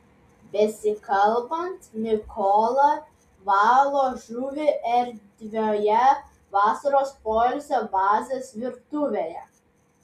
besikalbant mikola valo žuvį erdvioje vasaros poilsio bazės virtuvėje